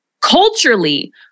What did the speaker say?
culturally